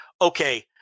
okay